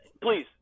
Please